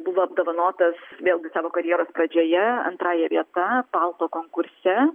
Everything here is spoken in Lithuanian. buvo apdovanotas vėlgi savo karjeros pradžioje antrąja vieta palto konkurse